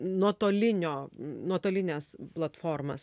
nuotolinio nuotolines platformas